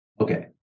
Okay